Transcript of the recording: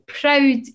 proud